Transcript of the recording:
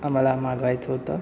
आम्हाला मागवायचं होतं